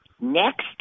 Next